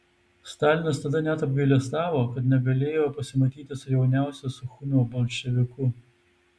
stalinas tada net apgailestavo kad negalėjo pasimatyti su jauniausiu suchumio bolševiku